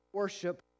Worship